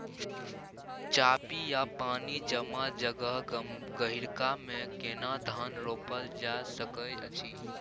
चापि या पानी जमा जगह, गहिरका मे केना धान रोपल जा सकै अछि?